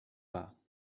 war